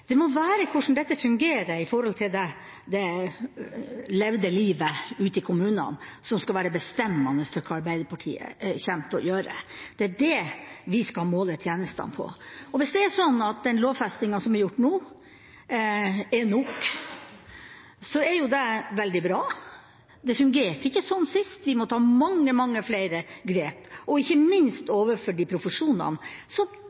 Det må være hvordan dette fungerer for det levde livet ute i kommunene, som skal være bestemmende for hva Arbeiderpartiet kommer til å gjøre. Det er det vi skal måle tjenestene på. Hvis lovfestingen som er gjort nå, er nok, er det veldig bra. Det fungerte ikke sånn sist. Vi må ta mange, mange flere grep, ikke minst